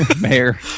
mayor